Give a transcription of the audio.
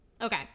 Okay